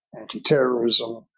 anti-terrorism